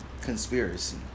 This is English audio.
conspiracy